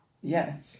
Yes